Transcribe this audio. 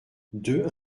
deux